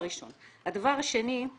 הדבר השני הוא